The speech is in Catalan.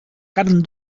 carn